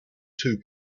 two